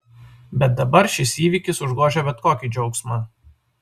bet dabar šis įvykis užgožia bet kokį džiaugsmą